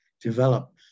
develop